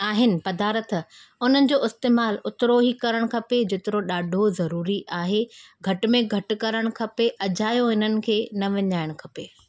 आहिनि पदार्थ उन जो इस्तेमालु उतिरो ई करणु खपे जेतिरो ॾाढो ज़रूरी आहे घट में घटि करणु खपे अजायो उन्हनि खे न विञाइणु खपे